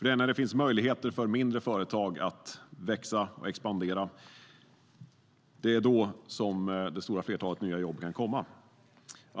Det är när det finns möjligheter för mindre företag att växa och expandera som det stora flertalet nya jobb kan komma.